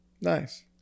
Nice